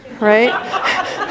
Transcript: right